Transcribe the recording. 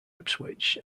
ipswich